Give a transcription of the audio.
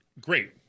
Great